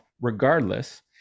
regardless